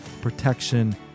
protection